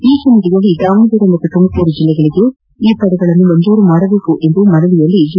ಈ ಹಿನ್ನೆಲೆಯಲ್ಲಿ ದಾವಣಗೆರೆ ಮತ್ತು ತುಮಕೂರು ಜಿಲ್ಲೆಗಳಿಗೆ ಈ ಪಡೆಗಳನ್ನು ಮಂಜೂರು ಮಾಡಬೇಕು ಎಂದು ಮನವಿಯಲ್ಲಿ ಜಿ